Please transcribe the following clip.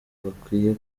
bakwiye